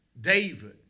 David